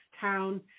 town